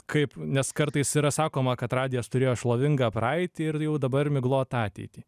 kaip nes kartais yra sakoma kad radijas turėjo šlovingą praeitį ir jau dabar miglotą ateitį